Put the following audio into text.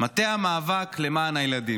מטה המאבק למען הילדים.